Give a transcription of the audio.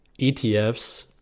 ETFs